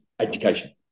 education